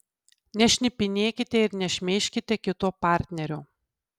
nešnipinėkite ir nešmeižkite kito partnerio